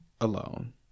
alone